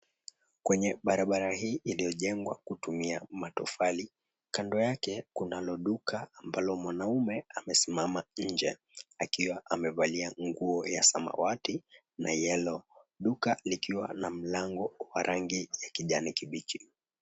Kwenye barabara hii iliyojengwa kutumia matofali, kando yake kunalo duka ambayo mwanaume amesimama nje akiwa amevalia nguo ya samawati na yellow , duka likiwa na mlango wa rangi ya kijanikibichi.